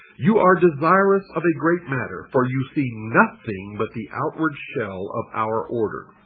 you are desirous of a great matter for you see nothing but the outward shell of our order.